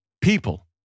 People